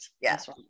yes